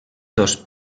dos